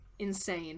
Insane